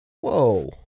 Whoa